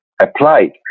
applied